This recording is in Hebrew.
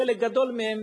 חלק גדול מהם,